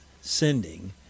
sending